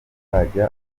hazajya